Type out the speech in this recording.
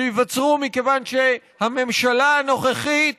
שייווצרו מכיוון שהממשלה הנוכחית